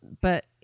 but-